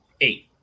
Eight